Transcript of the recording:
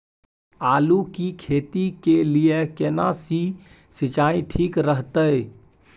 आलू की खेती के लिये केना सी सिंचाई ठीक रहतै?